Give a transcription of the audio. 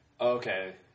okay